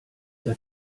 der